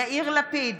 יאיר לפיד,